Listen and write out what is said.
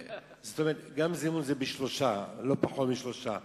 כלומר, גם זימון זה בשלושה, לא פחות משלושה.